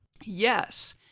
Yes